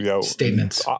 statements